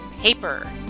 paper